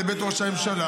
שזרקו לבית ראש הממשלה,